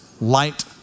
light